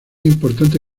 importante